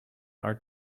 are